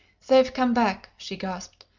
they've come back, she gasped.